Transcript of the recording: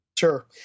Sure